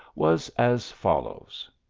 was as follows